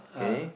ah